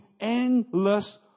endless